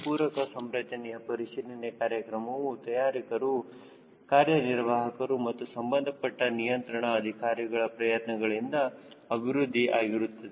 ಪೂರಕ ಸಂರಚನೆ ಪರಿಶೀಲನೆ ಕಾರ್ಯಕ್ರಮವು ತಯಾರಕರು ಕಾರ್ಯನಿರ್ವಾಹಕರು ಮತ್ತು ಸಂಬಂಧಪಟ್ಟ ನಿಯಂತ್ರಣ ಅಧಿಕಾರಿಗಳ ಪ್ರಯತ್ನಗಳಿಂದ ಅಭಿವೃದ್ಧಿ ಆಗುತ್ತದೆ